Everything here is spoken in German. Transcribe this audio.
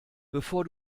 bevor